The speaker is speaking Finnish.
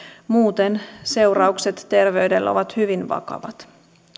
muuten seuraukset terveydelle ovat hyvin vakavat